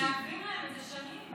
ומעכבים להם את זה שנים.